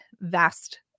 vast